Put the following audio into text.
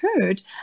heard